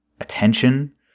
attention